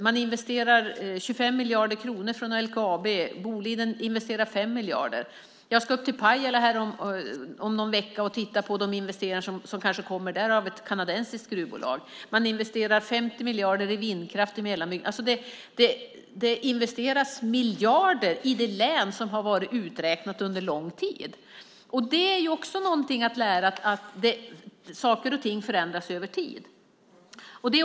Man investerar 25 miljarder kronor från LKAB. Boliden investerar 5 miljarder. Jag ska till Pajala om någon vecka och titta på de investeringar som kanske kommer där från ett kanadensiskt gruvbolag. Man investerar 50 miljarder i vindkraft i Markbygden. Det investeras miljarder i ett län som har varit uträknat under lång tid. Det är ju också något man kan lära sig, att saker och ting förändras över tid.